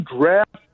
draft